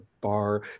bar